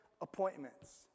appointments